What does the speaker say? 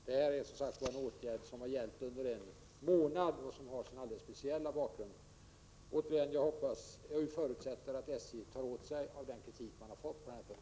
Det här är som sagt en åtgärd som har gällt under en månad och som har sin alldeles speciella bakgrund. Jag vill återigen säga att jag förutsätter att SJ tar till sig den kritik som man har fått på den här punkten.